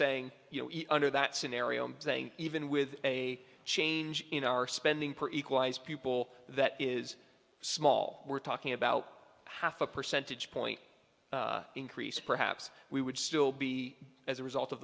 saying you know eat under that scenario even with a change in our spending per equalize people that is small we're talking about half a percentage point increase perhaps we would still be as a result of